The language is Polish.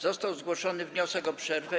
Został zgłoszony wniosek o przerwę.